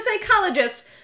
psychologist